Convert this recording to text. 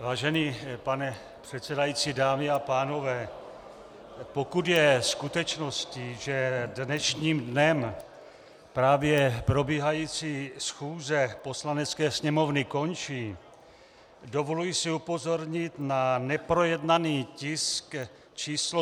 Vážený pane předsedající, dámy a pánové, pokud je skutečností, že dnešním dnem právě probíhající schůze Poslanecké sněmovny končí, dovoluji si upozornit na neprojednaný tisk číslo 349.